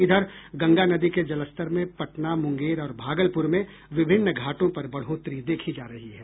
इधर गंगा नदी के जलस्तर में पटना मुंगेर और भागलपुर में विभिन्न घाटों पर बढ़ोतरी देखी जा रही है